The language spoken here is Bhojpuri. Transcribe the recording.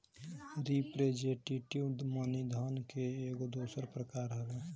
रिप्रेजेंटेटिव मनी धन के एगो दोसर प्रकार हवे